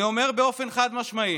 אני אומר באופן חד-משמעי,